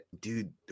dude